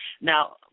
Now